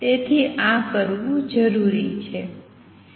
તેથી આ કરવું જરૂરી છે